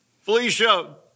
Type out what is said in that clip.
Felicia